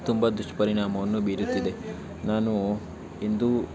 ತುಂಬ ದುಷ್ಪರಿಣಾಮವನ್ನು ಬೀರುತ್ತಿದೆ ನಾನು ಎಂದೂ